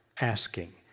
asking